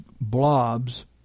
blobs